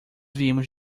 viemos